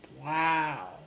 Wow